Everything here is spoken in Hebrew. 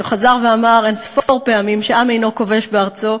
שחזר ואמר אין-ספור פעמים שעם אינו כובש בארצו,